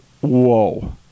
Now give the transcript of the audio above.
whoa